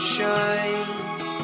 shines